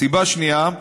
הסיבה השנייה,